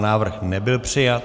Návrh nebyl přijat.